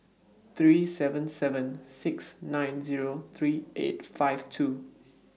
three seven seven six nine Zero three eight five two